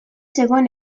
zegoen